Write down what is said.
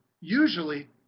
usually